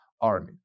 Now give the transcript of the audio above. army